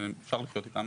אפשר לחיות איתם.